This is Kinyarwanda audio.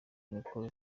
nicola